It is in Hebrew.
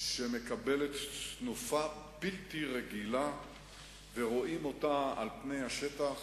במשק ביתו יכול למדוד, ויש יותר מודעות לבעייתיות.